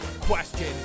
question